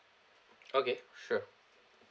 okay sure